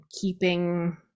keeping